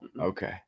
Okay